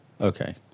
Okay